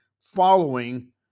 following